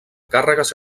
càrregues